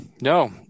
No